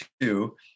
two